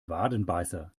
wadenbeißer